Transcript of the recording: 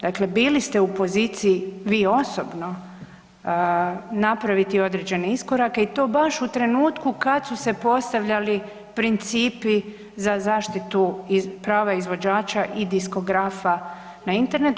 Dakle bili ste u poziciji vi osobno napraviti određene iskorake i to baš u trenutku kad su se postavljali principi za zaštitu prava izvođača i diskografa na internetu.